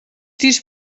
tiros